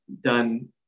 done